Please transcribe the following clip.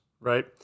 right